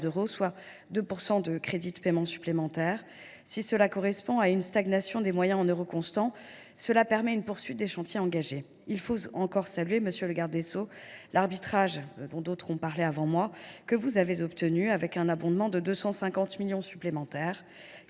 d’euros, soit 2 % de crédits de paiement supplémentaires. S’il correspond à une stagnation des moyens en euros constants, ce montant permet une poursuite des chantiers engagés. Il faut encore saluer, monsieur le garde des sceaux, l’arbitrage, dont d’autres ont parlé avant moi, que vous avez obtenu. Cet arbitrage se traduit par un abondement de 250 millions d’euros supplémentaires,